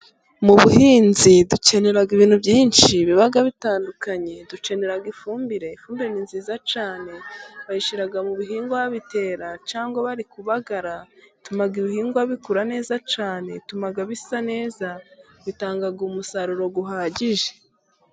Mu buhinzi dukenera ibintu byinshi biba bitandukanye, dukenera ifumbire, ifumbire ni nziza cyane bayishyira mu bihingwa babitera cyangwa bari kubagara, bituma ibihingwa bikura neza cyane bituma bisa neza bitanga umusaruro uhagije.